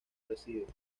reside